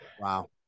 Wow